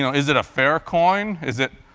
you know is it a fair coin? is it,